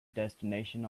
destination